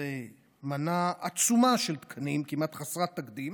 זאת מנה עצומה של תקנים, כמעט חסרת תקדים,